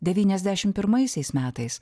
devyniasdešim pirmaisiais metais